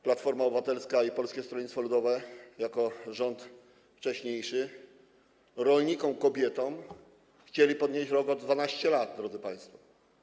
Platforma Obywatelska i Polskie Stronnictwo Ludowe jako wcześniejszy rząd rolnikom kobietom chcieli podnieść w rok o 12 lat, drodzy państwo.